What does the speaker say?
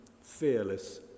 fearless